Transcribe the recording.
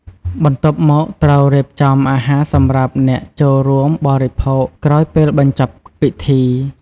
បន្ទាប់មកត្រូវរៀបចំអាហារសម្រាប់អ្នកចូលរួមបរិភោគក្រោយពេលបញ្ចប់ពិធី។